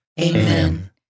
Amen